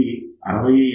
ఇది 601